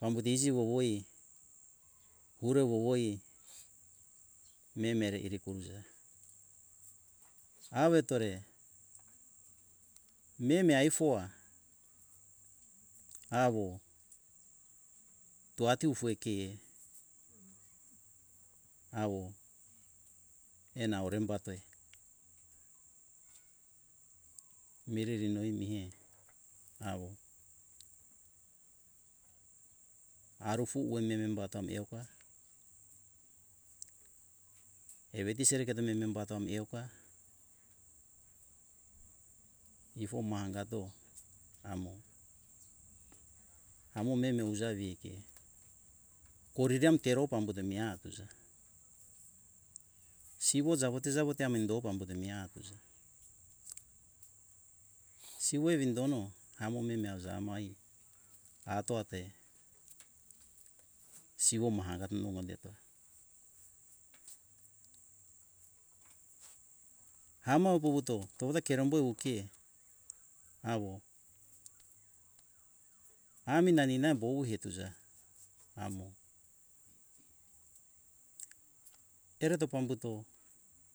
pambuto iji wowoi ure wowoi memere iriri kuruja awetore meme aifoa awo toati ufoikehe awo ena orembatoe mireri noi imehe awo arufu uem meme bato oipa evedi serekato meme batoeuka ifo ma angato amo - amo meme uja vike koriri amtero pambuto meha tuza siwo jawote - jawote mendo pambute meha tuza siwo ewi dono amo meme uja amo ai atote siwo mahangato nongo deto hamo wuwuto toda kerembo ukei awo ami nanina bowu uza amo ereto pambuto